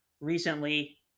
recently